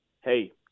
hey